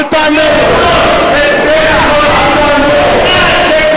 חבר הכנסת נסים זאב,